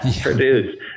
produce